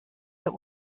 der